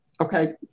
okay